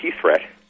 Threat